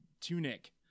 tunic